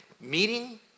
meeting